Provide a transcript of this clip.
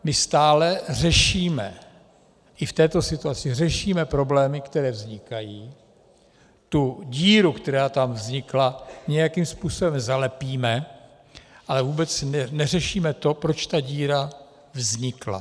My stále řešíme i v této situaci problémy, které vznikají, tu díru, která tam vznikla, nějakým způsobem zalepíme, ale vůbec neřešíme to, proč ta díra vznikla.